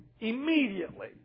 immediately